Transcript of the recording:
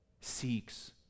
seeks